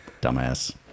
dumbass